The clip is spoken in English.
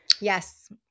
Yes